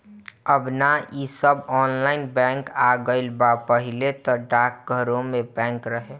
अब नअ इ सब ऑनलाइन बैंक आ गईल बा पहिले तअ डाकघरवे में बैंक रहे